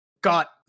got